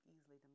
easily